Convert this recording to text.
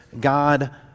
God